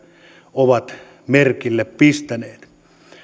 ovat merkille pistäneet